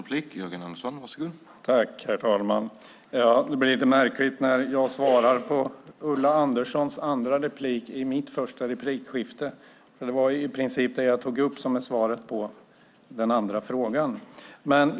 Herr talman! Det blir lite märkligt när jag i min första replik svarar på det Ulla Andersson säger i sin andra replik, för det jag där tog upp är i princip svaret också på det senare.